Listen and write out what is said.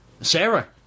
Sarah